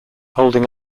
holding